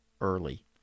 early